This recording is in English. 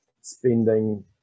spending